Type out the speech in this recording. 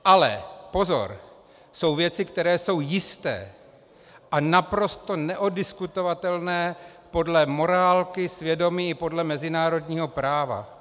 Ale pozor, jsou věci, které jsou jisté a naprosto neoddiskutovatelné podle morálky, svědomí i podle mezinárodního práva.